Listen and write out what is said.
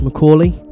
McCauley